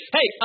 Hey